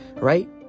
right